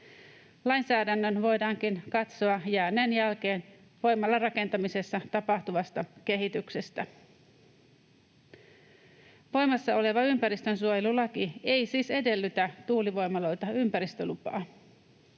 Lainsäädännön voidaankin katsoa jääneen jälkeen voimalarakentamisessa tapahtuvasta kehityksestä. Voimassa oleva ympäristönsuojelulaki ei siis edellytä tuulivoimaloilta ympäristölupaa